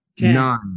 nine